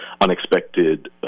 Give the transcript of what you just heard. unexpected